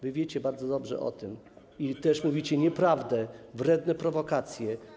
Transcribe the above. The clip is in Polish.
Wy wiecie bardzo dobrze o tym i też mówicie nieprawdę, wredne prowokacje.